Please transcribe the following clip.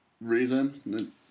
reason